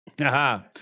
Aha